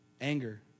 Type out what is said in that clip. Anger